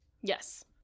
Yes